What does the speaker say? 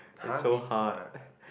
it's so hard